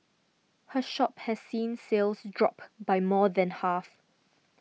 her shop has seen sales drop by more than half